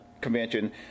convention